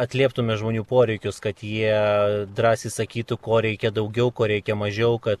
atlieptume žmonių poreikius kad jie drąsiai sakytų ko reikia daugiau ko reikia mažiau kad